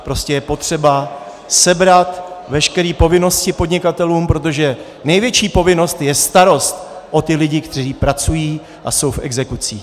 Prostě je potřeba sebrat veškeré povinnosti podnikatelům, protože největší povinnost je starost o ty lidi, kteří pracují a jsou v exekucích.